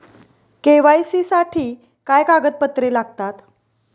KYC साठी काय कागदपत्रे लागतात?